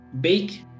bake